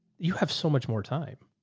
you have so much more time.